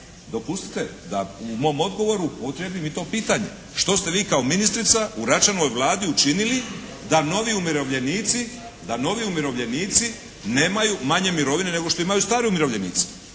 Dopustite da u mom odgovoru upotrijebim i to pitanje što ste vi kao ministrica u Račanovoj Vladi učinili da novi umirovljenici nemaju manje mirovine nego što imaju stari umirovljenici.